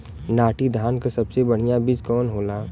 नाटी धान क सबसे बढ़िया बीज कवन होला?